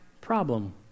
problem